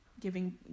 giving